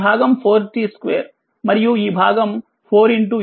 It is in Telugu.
ఈ భాగం4t2మరియు ఈ భాగం4e 2